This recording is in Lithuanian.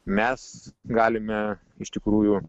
mes galime iš tikrųjų